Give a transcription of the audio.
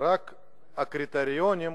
רק הקריטריונים,